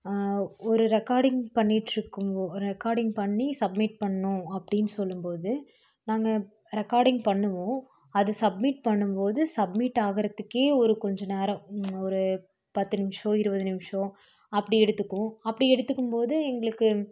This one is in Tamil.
ஒரு ரெக்கார்டிங் பண்ணிட்டிருக்கோம் ரெக்கார்டிங் பண்ணி சப்மிட் பண்ணணும் அப்படின்னு சொல்லும்போது நாங்கள் ரெக்கார்டிங் பண்ணுவோம் அது சப்மிட் பண்ணும்போது சப்மிட் ஆகறத்துக்கே ஒரு கொஞ்சம் நேரம் ஒரு பத்து நிம்ஷம் இருபது நிம்ஷம் அப்படி எடுத்துக்கும் அப்படி எடுத்துக்கும்போது எங்களுக்கு